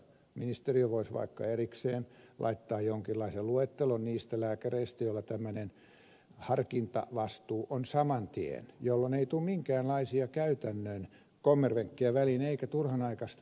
ministeriö voisi vaikka saman tien erikseen laittaa jonkinlaisen luettelon niistä lääkäreistä joilla tämmöinen harkintavastuu on jolloin ei tule minkäänlaisia käytännön kommervenkkejä väliin eikä turhanaikaista myöhästelyä